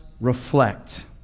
reflect